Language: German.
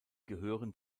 gehören